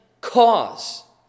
cause